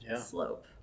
slope